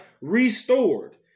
Restored